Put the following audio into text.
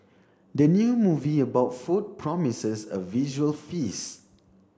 the new movie about food promises a visual feast